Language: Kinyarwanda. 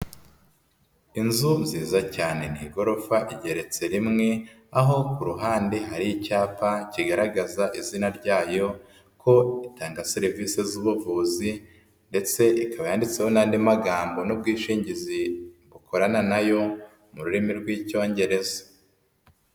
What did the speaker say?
Inzu nziza cyane ni igorofa igereretse rimwe aho ku ruhande hari icyapa kigaragaza izina ryayo ko itanga serivise z'ubuvuzi ndetse ikaba yanditseho n'andi magambo n'ubwishingizi bukorana na yo mu rurimi rw'icyongereza.